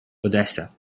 odessa